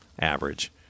average